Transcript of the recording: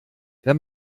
wenn